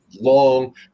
long